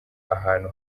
ahantu